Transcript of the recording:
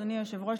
אדוני היושב-ראש,